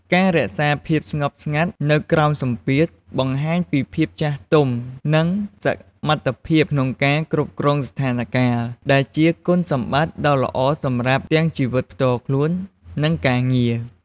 ការរក្សាភាពស្ងប់ស្ងាត់នៅក្រោមសម្ពាធ បង្ហាញពីភាពចាស់ទុំ និងសមត្ថភាពក្នុងការគ្រប់គ្រងស្ថានការណ៍ ដែលជាគុណសម្បត្តិដ៏ល្អសម្រាប់ទាំងជីវិតផ្ទាល់ខ្លួន និងការងារ។